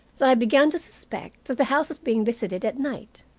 that i began to suspect that the house was being visited at night.